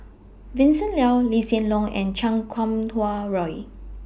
Vincent Leow Lee Hsien Loong and Chan Kum Wah Roy